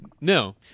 No